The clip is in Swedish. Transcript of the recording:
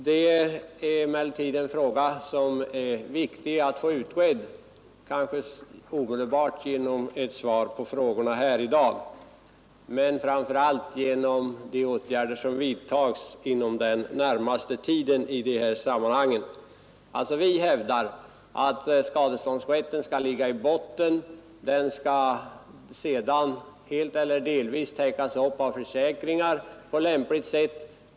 Det är emellertid en fråga som är viktig att få utredd, kanske omedelbart genom ett svar på frågorna här i dag men framför allt genom de åtgärder som vidtas inom den närmaste tiden i de sammanhangen. Vi hävdar alltså att skadeståndsrätten skall ligga i botten. Den skall sedan helt eller delvis täckas av försäkringar på lämpligt sätt.